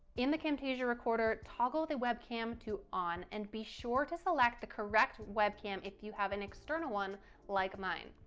in the camtasia recorder toggle the webcam to on and be sure to select the correct webcam if you have an external one like mine.